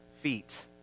feet